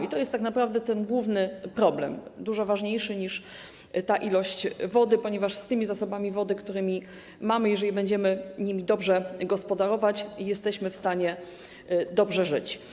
I to jest tak naprawdę główny problem, dużo ważniejszy niż ilość wody, ponieważ z tymi zasobami wody, które mamy, jeżeli będziemy nimi dobrze gospodarować, jesteśmy w stanie dobrze żyć.